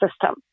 system